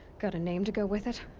got a name to go with it?